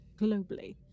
globally